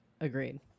Agreed